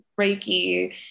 Reiki